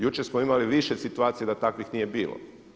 Jučer smo imali više situacija da takvih nije bilo.